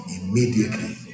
immediately